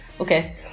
Okay